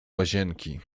łazienki